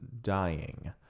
dying